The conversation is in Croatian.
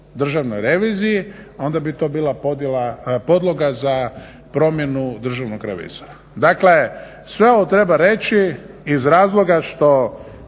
državnoj reviziji, onda bi to bila podloga za promjenu Državnog revizora. Dakle, sve ovo treba reći iz razloga što